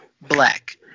black